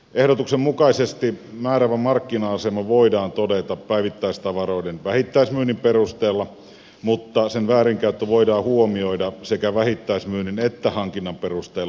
ehdotuksen mukaisesti määräävä markkina asema voidaan todeta päivittäistavaroiden vähittäismyynnin perusteella mutta sen väärinkäyttö voidaan huomioida sekä vähittäismyynnin että hankinnan perusteella